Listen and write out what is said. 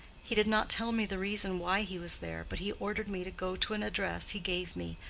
he did not tell me the reason why he was there, but he ordered me to go to an address he gave me,